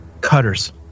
cutters